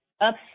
up